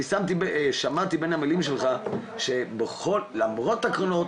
אני שמעתי בין המילים שלך שלמרות הקרנות